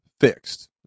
fixed